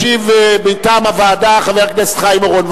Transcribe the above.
ישיב מטעם הוועדה חבר הכנסת חיים אורון.